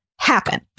happen